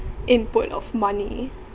input of money